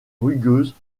rugueuse